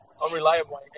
Unreliable